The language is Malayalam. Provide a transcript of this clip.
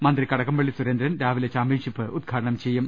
മന്ത്രി കടകംപള്ളി സുരേന്ദ്രൻ ചാമ്പ്യൻഷിപ്പ് ഉദ്ഘാടനം ചെയ്യും